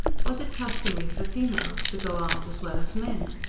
was it customary for females to go armed as well as men?